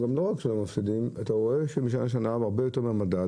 לא רק שהם לא מפסידים אתה רואה שמשנה לשנה הם הרבה יותר מהמדד,